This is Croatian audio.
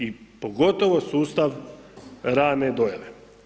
I pogotovo sustav rane dojave.